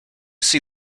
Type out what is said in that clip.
see